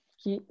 que